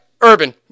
Urban